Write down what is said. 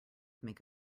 make